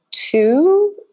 two